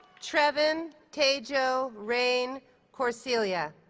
trevin tejo raine corsiglia